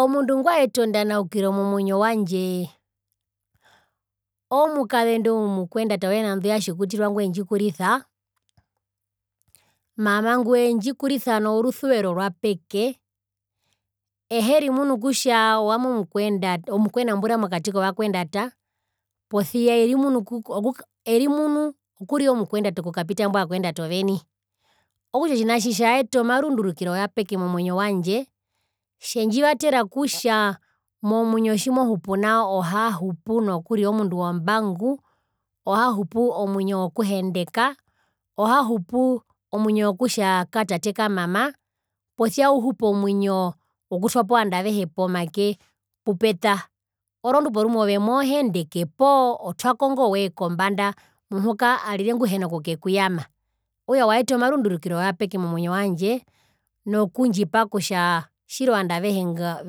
Omundu ngwaeta ondanaukiro momwinyo wandjee omukaendu omukuetanda woya nandu ya tjikutirua ngwendjikurisa. Mama ngwi wendjikurisa norusuverorwa peke eherimunu kutja owami omukuendata omukuenambura mokati kova kuendata posia erimunu okukapi erimunu okurira omukuendata okukapita imbo vakuendata oveni okutja otjinatji tjaeta omarundurukiro wapeke momwinyo wandje, tjendjivatera kutja momwinyo tjimohupu nao ohahupu nokurira omundu wombangu ohahupu omwinyo wokuhendeka ohahupu omwinyo wokutja katate kamama posia uhupe omwinyo wokutwapo ovandu avehe pomake pupeta orondu porumwe ove mohendeke poo otwapo ingo woye kombanda muhuka arire nguhena kukekuyama okutja waeta omarundurukiro wapeke momwinyo wandje nokundjipa kutja tjiri ovandu avehe ngave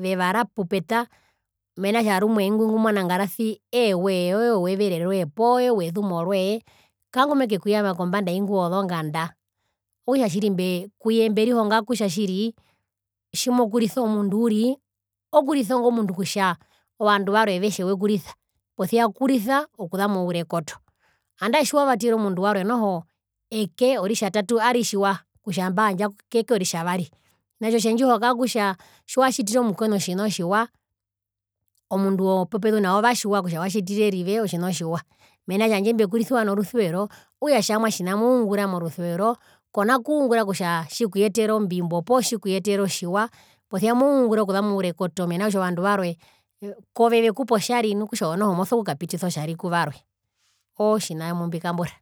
vevara pupeta mena rokutja rumwe ingwi ngumonangarasi eewee eewevere roye poo eewezumo roye kangumekekuyama kombanda yaingwi wozonganda okutja tjiri kuye mberihonga kutja tjiri tjimokurisa omundu uriri okurisa ingo mundu kutja ovandu varwe vetje wekurisa posia kurisa okuza mourekotoandae tjiwavatere omundu warwe noho eke oritjatatu aritjiwa kutja mbaandja keke oritjavari otjinaho tjendjihonga kutja tjiwatjitire omukwenu otjina otjiwa omundu wopopezu naove atjiwa kutja watjitire rive otjina otjiwa mena rokutja tjandje mbekurisiwa norusuvero okutja tjamwa tjina moungura morusuvero kona kungura kutja tjikuyetere ombimbo poo tjikuyetere otjiwa posia moungura okuza mourekoto mena rokutja ovandu varwe kove vekupa otjari okutja ove noho moso kukapitisa otjari kuvarwe ootjina mumbikambura.